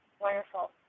Wonderful